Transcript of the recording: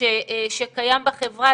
שקיים בחברה,